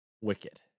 wicked